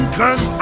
cause